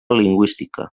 lingüística